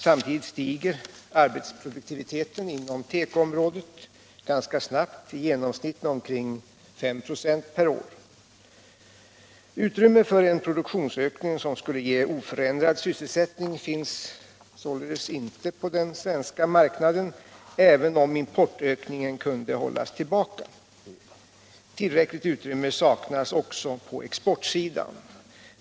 Samtidigt stiger arbetsproduktiviteten inom tekoområdet ganska snabbt — i genomsnitt med omkring 5 96 per år. Utrymme för en produktionsökning, som skulle ge oförändrad sysselsättning, finns således ej på den svenska marknaden, även om importökningen kunde hållas tillbaka. Tillräckligt utrymme saknas också på exportsidan.